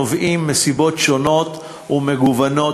נובעים מסיבות שונות ומגוונות,